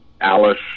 Alice